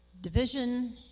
division